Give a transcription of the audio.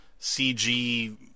CG